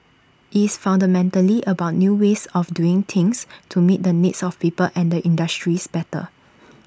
it's fundamentally about new ways of doing things to meet the needs of people and industries better